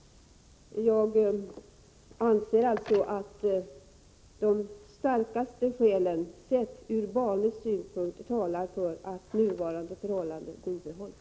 Jag anser alltså att de starkaste skälen sett ur barnets synpunkt talar för att nuvarande förhållanden bibehålls.